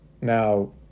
Now